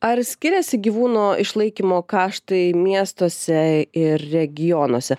ar skiriasi gyvūno išlaikymo kaštai miestuose ir regionuose